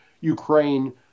Ukraine